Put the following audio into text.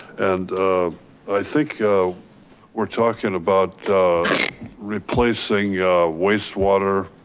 and i think we're talking about replacing wastewater